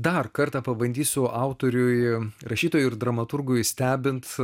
dar kartą pabandysiu autoriui rašytojui ir dramaturgui stebint